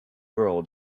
girl